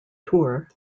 tour